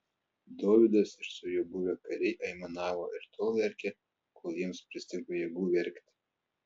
dovydas ir su juo buvę kariai aimanavo ir tol verkė kol jiems pristigo jėgų verkti